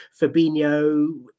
Fabinho